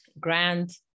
grant